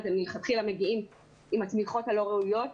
מלכתחילה מגיעים עם התמיכות הלא ראויות,